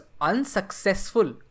unsuccessful